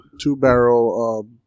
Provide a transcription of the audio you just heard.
Two-barrel